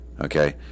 Okay